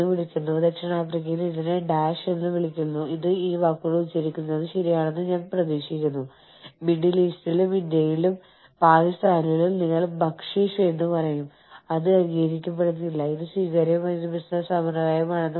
എംഎൻഇയുടെ business പ്രവർത്തനങ്ങളുടെ വൈവിധ്യവും സങ്കീർണ്ണതയും ആഗോള ബിസിനസ്സിനായി നിങ്ങൾ എങ്ങനെ സംഘടിപ്പിക്കുന്നു എന്നതിനെ സ്വാധീനിക്കുന്ന മറ്റൊരു ഘടകമാണ്